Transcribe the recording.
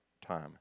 time